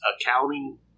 accounting